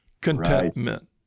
contentment